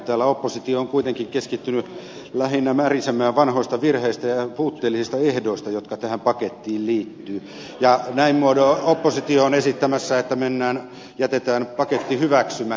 täällä oppositio on kuitenkin keskittynyt lähinnä märisemään vanhoista virheistä ja puutteellisista ehdoista jotka tähän pakettiin liittyvät ja näin muodoin oppositio on esittämässä että jätetään paketti hyväksymättä